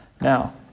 Now